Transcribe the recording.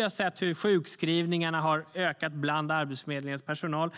har också sett hur sjukskrivningarna har ökat bland Arbetsförmedlingens personal.